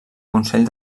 consell